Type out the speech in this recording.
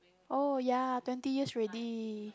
oh ya twenty years ready